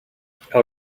how